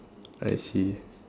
I see